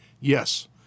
Yes